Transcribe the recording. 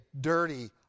dirty